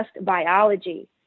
biology